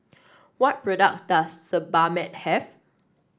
what products does Sebamed have